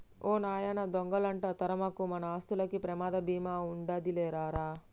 ఓ నాయనా దొంగలంట తరమకు, మన ఆస్తులకి ప్రమాద బీమా ఉండాదిలే రా రా